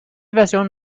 version